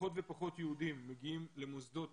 פחות ופחות יהודים מגיעים למוסדות